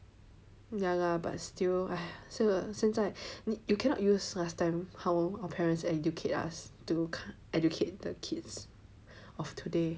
ya lah but still !aiya! 现在 you cannot use last time how our parents educate us to educate the kids of today